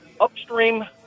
upstream